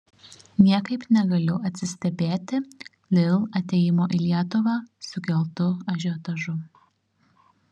niekaip negaliu atsistebėti lidl atėjimo į lietuvą sukeltu ažiotažu